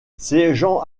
siégeant